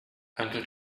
uncle